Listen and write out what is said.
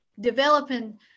developing